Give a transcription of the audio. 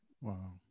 Wow